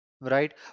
right